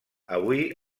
avui